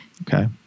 Okay